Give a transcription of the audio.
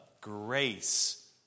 grace